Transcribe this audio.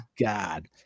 god